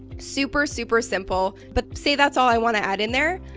super, super simple. but say that's all i want to add in there,